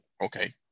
okay